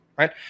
right